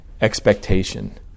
expectation